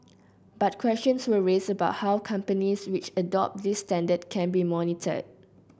but questions were raised about how companies which adopt this standard can be monitored